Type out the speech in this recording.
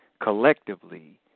collectively